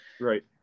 Right